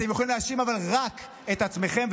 אבל אתם יכולים להאשים רק את עצמכם.